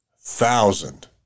thousand